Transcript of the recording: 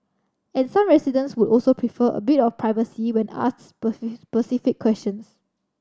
and some residents would also prefer a bit of privacy when asks specific questions